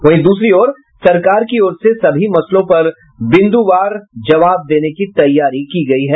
वहीं दूसरी ओर सरकार की ओर से सभी मसलों पर बिंदुवार जवाब देने की तैयारी की गयी है